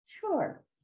Sure